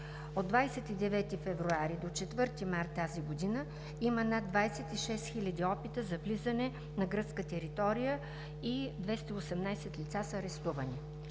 От 29 февруари 4 март 2020 г. има над 26 хил. опита за влизане на гръцка територия и 218 лица са били арестувани.